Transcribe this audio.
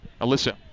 Alyssa